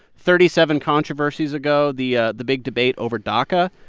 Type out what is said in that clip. thirty seven controversies ago, the ah the big debate over daca,